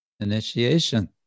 initiation